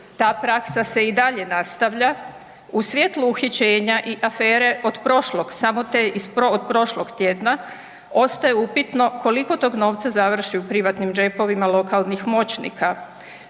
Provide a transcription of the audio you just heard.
ta praksa se i dalje nastavlja u svjetlu uhićenja i afere od prošlog, samo te iz od prošlog tjedna. Ostaje upitno, koliko tog novca završi u privatnim džepovima lokalnih moćnika.